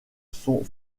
sont